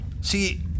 see